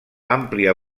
àmplia